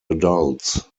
adults